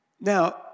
Now